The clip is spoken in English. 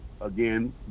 again